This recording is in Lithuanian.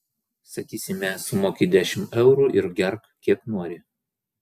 sakysime sumoki dešimt eurų ir gerk kiek nori